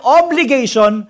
obligation